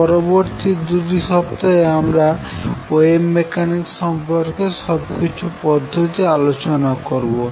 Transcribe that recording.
পরবর্তী দুটি সপ্তাহে আমরা ওয়েভ মেকানিক্স সম্পর্কে সবকিছু পদ্ধতি আলোচনা করবো